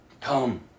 come